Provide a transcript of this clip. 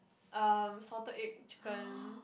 uh salted egg chicken